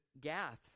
Gath